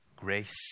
grace